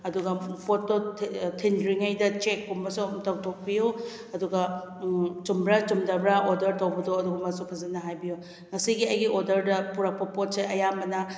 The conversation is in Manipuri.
ꯑꯗꯨꯒ ꯄꯣꯠꯇꯣ ꯊꯤꯟꯗ꯭ꯔꯤꯉꯩꯗ ꯆꯦꯛꯀꯨꯝꯕꯁꯨ ꯑꯝꯇ ꯇꯧꯊꯣꯛꯄꯤꯎ ꯑꯗꯨꯒ ꯆꯨꯝꯕ꯭ꯔ ꯆꯨꯝꯗꯕ꯭ꯔ ꯑꯣꯔꯗꯔ ꯇꯧꯕꯗꯣ ꯑꯗꯨꯒꯨꯝꯕꯁꯨ ꯐꯖꯅ ꯍꯥꯏꯕꯤꯎ ꯉꯁꯤꯒꯤ ꯑꯩꯒꯤ ꯑꯣꯔꯗꯔꯗ ꯄꯣꯔꯛꯄ ꯄꯣꯠꯁꯦ ꯑꯌꯥꯝꯕꯅ